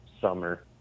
summer